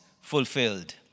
fulfilled